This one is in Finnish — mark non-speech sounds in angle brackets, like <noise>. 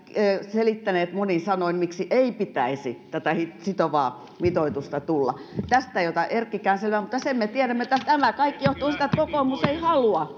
selittänyt monin sanoin miksi ei pitäisi sitovaa mitoitusta tulla tästä ei ota erkkikään selvää mutta sen me tiedämme että tämä kaikki johtuu siitä että kokoomus ei halua <unintelligible>